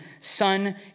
son